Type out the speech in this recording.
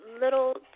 little